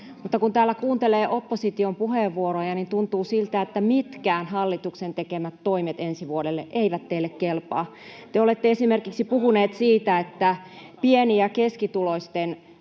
Mutta kun täällä kuuntelee opposition puheenvuoroja, tuntuu siltä, että mitkään hallituksen tekemät toimet ensi vuodelle eivät teille kelpaa. Te olette esimerkiksi puhuneet siitä, että pieni- ja keskituloisten